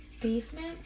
basement